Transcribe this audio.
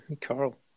Carl